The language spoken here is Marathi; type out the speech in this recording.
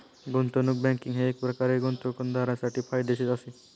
गुंतवणूक बँकिंग हे एकप्रकारे गुंतवणूकदारांसाठी फायद्याचेच आहे